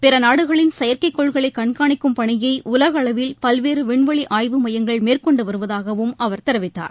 பிற நாடுகளின் செயற்கைக்கோள்களை கண்காணிக்கும் பணியை உலகளவில் பல்வேறு விண்வெளி ஆய்வு மையங்கள் மேற்கொண்டு வருவதாகவும் அவர் தெரிவித்தார்